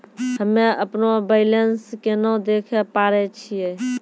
हम्मे अपनो बैलेंस केना देखे पारे छियै?